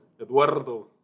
Eduardo